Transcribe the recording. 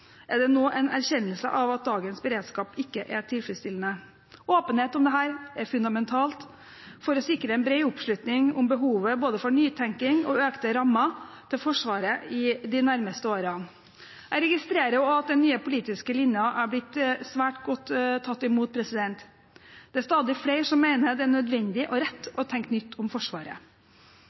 er det nå en erkjennelse av at dagens beredskap ikke er tilfredsstillende. Åpenhet om dette er fundamentalt for å sikre en bred oppslutning om behovet for både nytenkning og økte rammer til Forsvaret i de nærmeste årene. Jeg registrerer òg at den nye politiske linjen er blitt svært godt tatt imot. Det er stadig flere som mener det er nødvendig og rett å tenke nytt om Forsvaret.